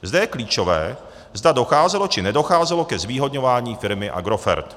Zde je klíčové, zda docházelo či nedocházelo ke zvýhodňování firmy Agrofert.